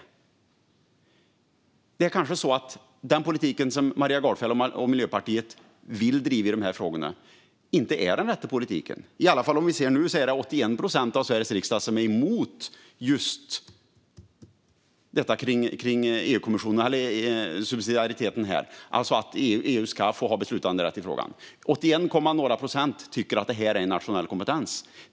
Subsidiaritetsprövning av kommissionens för-slag till förordning om restaurering av natur Det kanske är så att den politik som Maria Gardfjell och Miljöpartiet vill driva i dessa frågor inte är den rätta politiken. Nu är 81 procent av Sveriges riksdag emot den när det gäller subsidiariteten, alltså att EU ska ha beslutanderätt i frågan. Drygt 81 procent tycker att det här ska vara nationell kompetens.